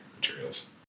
materials